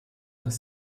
dass